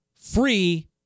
free